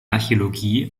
archäologie